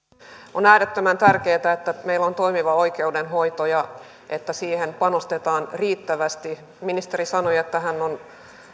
on äärettömän tärkeätä että meillä on toimiva oikeudenhoito ja että siihen panostetaan riittävästi ministeri sanoi että hän on